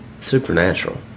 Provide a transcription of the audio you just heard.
supernatural